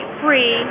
free